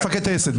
מפקד טייסת.